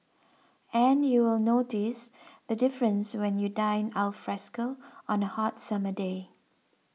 and you will notice the difference when you dine alfresco on a hot summer day